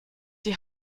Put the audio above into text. die